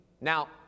Now